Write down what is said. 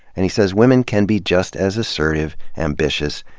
and he says women can be just as assertive, ambitious,